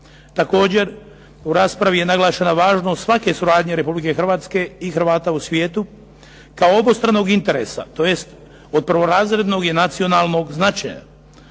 Također, u raspravi je naglašena važnost svake suradnje Republike Hrvatske i Hrvata u svijetu kao obostranog interesa tj. od prvorazrednog je nacionalnog značaja.